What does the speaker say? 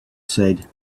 said